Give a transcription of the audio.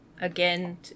again